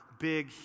big